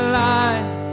life